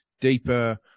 deeper –